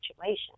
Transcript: situation